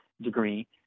degree